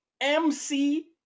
MC